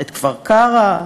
את כפר-קרע,